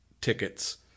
tickets